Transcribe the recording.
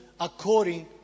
according